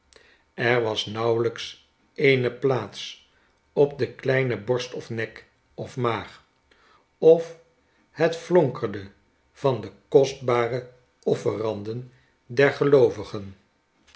er was nauwelijks eene plaats op de kleine borst of nek of maag of het flonkerde van de kostbare offeranden der geloovigen